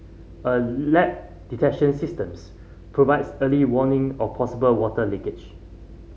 a leak detection systems provides early warning of possible water leakage